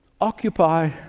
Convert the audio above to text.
Occupy